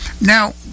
Now